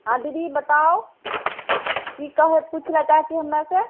हँ दीदी बताओ की कहऽ सूचना चाहैत छी हमरासे